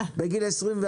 בגיל 24,